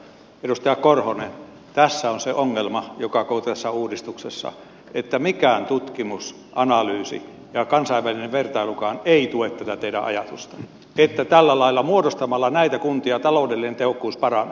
edustaja korhonen tässä on se ongelma koko tässä uudistuksessa että mikään tutkimusanalyysi eikä kansainvälinen vertailukaan tue tätä teidän ajatustanne että tällä lailla muodostamalla näitä kuntia taloudellinen tehokkuus paranee